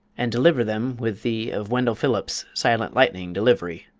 and deliver them with the of wendell phillips' silent lightning delivery.